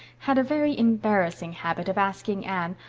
had a very embarrassing habit of asking anne,